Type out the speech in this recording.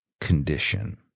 condition